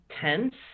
tense